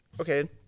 Okay